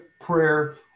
prayer